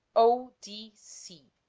o. d. c.